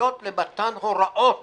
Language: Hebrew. סמכויות למתן הוראות